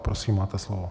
Prosím, máte slovo.